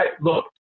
look